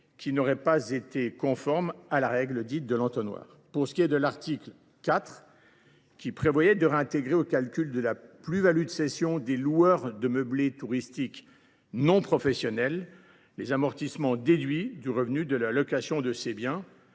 n’aurait pas été conforme à la règle dite de l’entonnoir. L’article 4 faisait revenir dans le calcul de la plus value de cession des loueurs de meublés touristiques non professionnels les amortissements déduits du revenu de la location de ces biens.